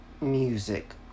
music